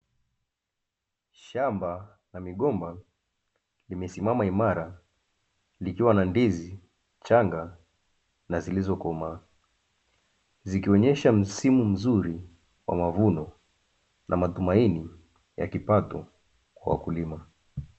Shamba la migomba limesimama imara likiwa na ndizi changa na zilizokomaa, zikionesha msimu mzuri wa mavuno na matumaini ya kipato kwa wakulima